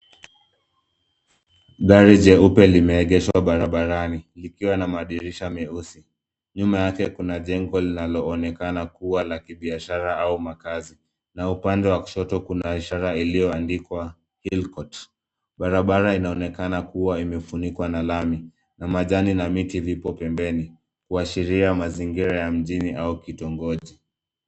Gari jeupe limeegeshwa barabarani likiwa na madirisha meusi. Nyuma yake kuna jengo linaloonekana kuwa la kibiashara au makazi. Na upande wa kushoto kuna ishara iliyoandikwa Hillcourt . Barabara inaonekana kuwa imefunikwa na lami, na majani na miti vipo pembeni kuashiria mazingira ya mjini au kitongoji.